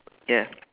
ya